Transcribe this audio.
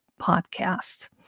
podcast